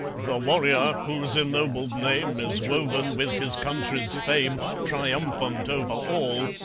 the warrior whose ennobled name is woven with his country's fame, triumphant over all,